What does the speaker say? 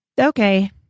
Okay